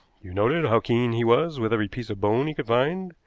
you noted how keen he was with every piece of bone he could find,